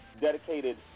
dedicated